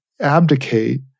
abdicate